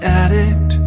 addict